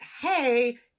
hey